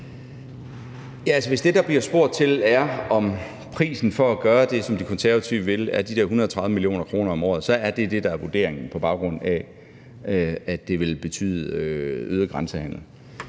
Hvis det, der bliver spurgt til, er, om prisen for at gøre det, som De Konservative vil, er de der 130 mio. kr., så er det det, der er vurderingen på baggrund af, at det vil betyde øget grænsehandel.